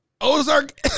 Ozark